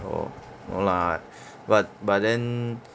oh no lah but but then